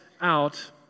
out